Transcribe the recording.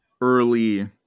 early